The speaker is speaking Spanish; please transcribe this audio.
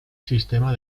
sistema